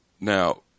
Now